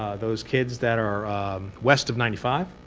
those kids that are west of ninety five.